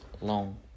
long